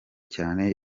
cyane